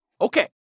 Okay